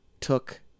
took